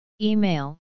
Email